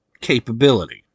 capability